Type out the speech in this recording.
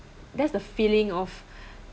that's the feeling of